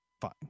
fine